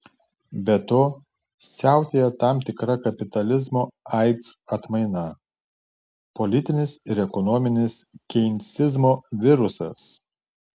be to siautėja tam tikra kapitalizmo aids atmaina politinis ir ekonominis keinsizmo virusas